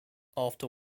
after